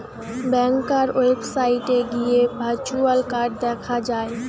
ব্যাংকার ওয়েবসাইটে গিয়ে virtual card দেখা যায়